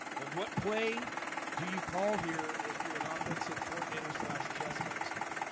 and what play do you call here? if you're an offensive coordinator slash chess master